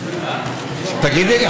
תגידי,